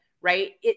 Right